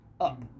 up